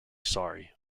sorry